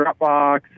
Dropbox